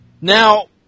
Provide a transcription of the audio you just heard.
Now